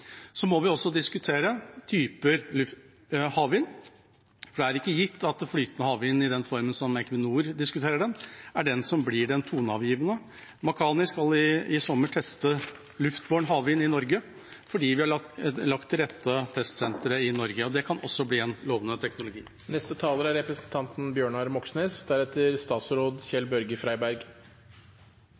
Så må vi også diskutere typer havvind. Det er ikke gitt at flytende havvind i den formen som Equinor diskuterer den, er den som blir den toneangivende. Makani skal i sommer teste luftbåren havvind i Norge fordi vi har lagt til rette for et testsenter i Norge. Det kan også bli en lovende teknologi. Equinor satser på verdens største flytende havvindprosjekt utenfor kysten av Spania – ikke utenfor den norske. Det er